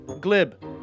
Glib